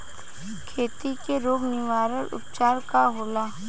खेती के रोग निवारण उपचार का होला?